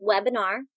webinar